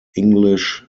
english